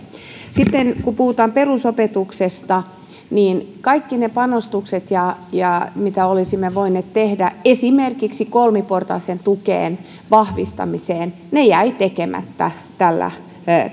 sitten kun puhutaan perusopetuksesta niin kaikki ne panostukset mitä olisimme voineet tehdä esimerkiksi kolmiportaisen tuen vahvistamiseen jäivät tekemättä tällä